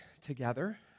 together